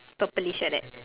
purplish like that